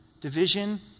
division